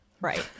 Right